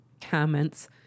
comments